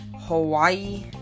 Hawaii